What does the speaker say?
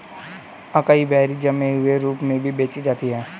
acai berries जमे हुए रूप में भी बेची जाती हैं